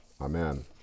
Amen